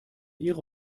ihre